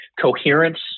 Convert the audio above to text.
coherence